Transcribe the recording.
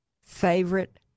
favorite